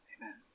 Amen